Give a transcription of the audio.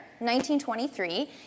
1923